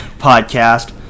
podcast